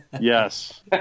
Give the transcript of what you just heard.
Yes